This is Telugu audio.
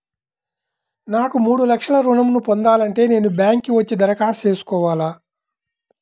నాకు మూడు లక్షలు ఋణం ను పొందాలంటే నేను బ్యాంక్కి వచ్చి దరఖాస్తు చేసుకోవాలా?